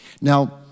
Now